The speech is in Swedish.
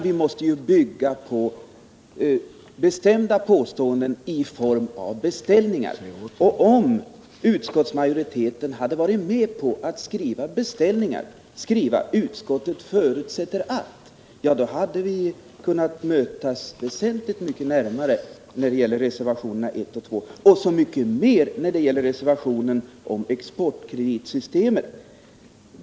Vi måste i stället bygga på bestämda påståenden i form av beställningar. Om utskottet hade varit med på att skriva beställningar och formulerat sig exempelvis ”utskottet förutsätter att”, då hade vi kommit betydligt närmare varandra när det gäller de frågor som tas upp i reservationerna 1 och 2 och i synnerhet när det gäller frågan om exportkreditsystemet.